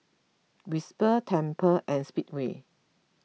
Whisper Tempur and Speedway